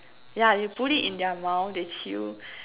yeah they put it in their mouth they chew